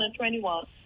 2021